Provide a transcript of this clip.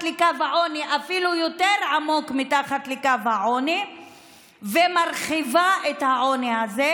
לקו העוני אפילו יותר עמוק מתחת לקו העוני ומרחיבה את העוני הזה,